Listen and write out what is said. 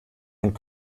und